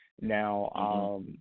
Now